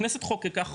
הכנסת חוקקה חוק,